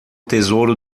tesouro